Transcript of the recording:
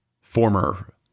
former